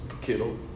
Kittle